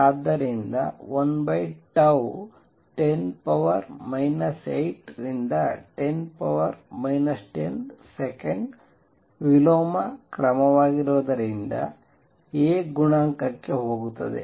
ಆದ್ದರಿಂದ 1τ 10 8 ರಿಂದ 10 10 ಸೆಕೆಂಡ್ ವಿಲೋಮ ಕ್ರಮವಾಗಿರುವುದರಿಂದ A ಗುಣಾಂಕಕ್ಕೆ ಹೋಗುತ್ತದೆ